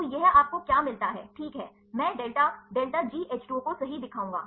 तो यह आपको क्या मिलता है ठीक है मैं डेल्टा डेल्टा GH 2 O को सही दिखाऊंगा